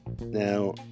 now